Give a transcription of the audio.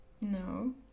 no